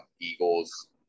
Eagles